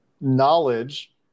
knowledge